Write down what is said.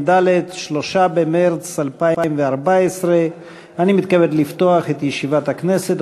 3 במרס 2014. אני מתכבד לפתוח את ישיבת הכנסת.